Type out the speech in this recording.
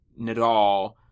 Nadal